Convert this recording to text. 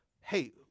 Hey